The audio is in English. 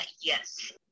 yes